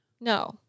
No